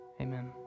Amen